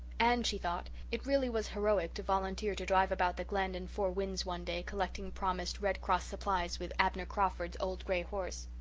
and, she thought, it really was heroic to volunteer to drive about the glen and four winds one day, collecting promised red cross supplies with abner crawford's old grey horse.